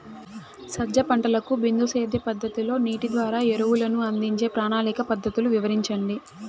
సజ్జ పంటకు బిందు సేద్య పద్ధతిలో నీటి ద్వారా ఎరువులను అందించే ప్రణాళిక పద్ధతులు వివరించండి?